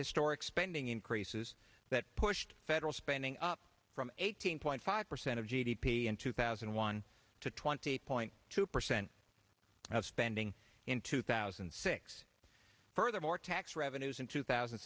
historic spending increases that pushed federal spending up from eighteen point five percent of g d p in two thousand and one to twenty eight point two percent of spending in two thousand and six furthermore tax revenues in two thousand